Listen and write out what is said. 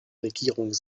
regierung